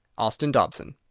austin dobson.